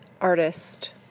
artist